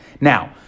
Now